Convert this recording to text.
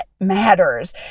matters